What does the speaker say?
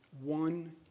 One